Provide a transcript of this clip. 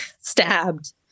stabbed